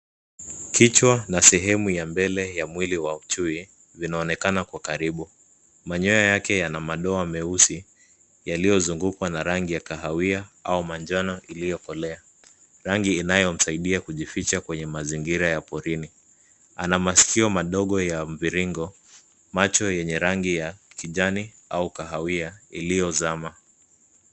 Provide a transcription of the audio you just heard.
Kichwa na sehemu ya mbele ya mwili wa chui vinaonekana kwa karibu. Manyoya yake yana madoa meusi yalizugukwa na rangi ya kahawia au manjano iliyokolea, rangi inayomsaidia kujificha kwenye mazingira ya porini. Ana masikio madogo ya mviringo, macho yenye rangi ya kijani au kahawia iliyozama.